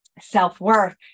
self-worth